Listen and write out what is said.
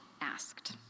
asked